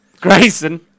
grayson